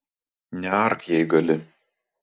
neark jei gali